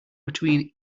between